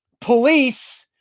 police